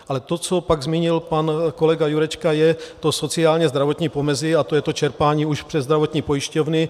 Ale to, co pak zmínil pan kolega Jurečka, je sociálnězdravotní pomezí a to je to čerpání už přes zdravotní pojišťovny.